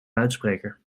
luidspreker